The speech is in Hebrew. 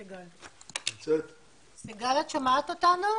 סיגל, את שומעת אותנו?